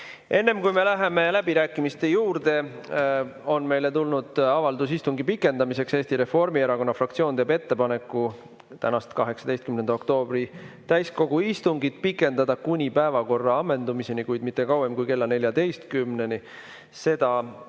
Enne, kui me läheme läbirääkimiste juurde, ütlen, et meile on tulnud avaldus istungi pikendamiseks. Eesti Reformierakonna fraktsioon teeb ettepaneku tänast, 18. oktoobri täiskogu istungit pikendada kuni päevakorra ammendumiseni, kuid mitte kauem kui kella 14-ni. Seda